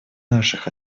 наших